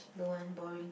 don't want boring